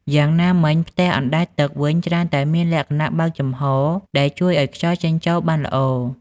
យ៉ាងណាមិញ ផ្ទះអណ្ដែតទឹកវិញ ច្រើនតែមានលក្ខណៈបើកចំហរ ដែលជួយឲ្យខ្យល់ចេញចូលបានល្អ។